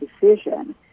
decision